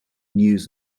news